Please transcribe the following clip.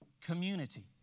community